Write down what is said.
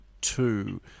two